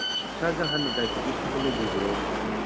ꯏꯁꯥꯁꯦ ꯍꯥꯟꯅ ꯗꯥꯏꯕꯤꯇꯤꯁꯀꯨꯝꯕ ꯂꯩꯕꯤꯕ꯭ꯔꯣ